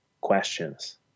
questions